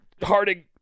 Harding